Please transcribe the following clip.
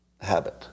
habit